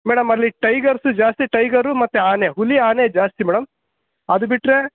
madam ಅಲ್ಲಿ tigers ಜಾಸ್ತಿ tiger ಮತ್ತು ಆನೆ ಹುಲಿ ಆನೆ ಜಾಸ್ತಿ ಮೇಡಮ್ ಅದು ಬಿಟ್ಟರೆ